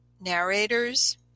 narrators